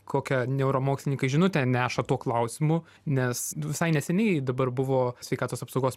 kokią neuromokslininkai žinutę neša tuo klausimu nes visai neseniai dabar buvo sveikatos apsaugos